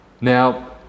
Now